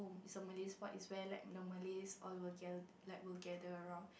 it's a Malay sport it's very like all Malays all the way Gelab like work gather around